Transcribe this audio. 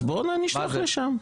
אז בואו נשלח לשם.